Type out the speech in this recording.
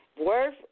Worth